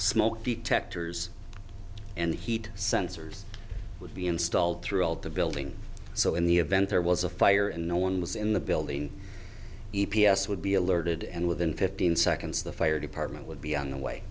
smoke detectors and heat sensors would be installed throughout the building so in the event there was a fire and no one was in the building e p a s would be alerted and within fifteen seconds the fire department would be on the way